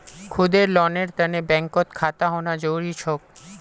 खुदेर लोनेर तने बैंकत खाता होना जरूरी छोक